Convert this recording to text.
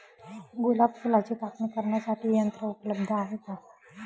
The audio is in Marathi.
गुलाब फुलाची कापणी करण्यासाठी यंत्र उपलब्ध आहे का?